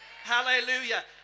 Hallelujah